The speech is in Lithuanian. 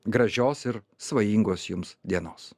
gražios ir svajingos jums dienos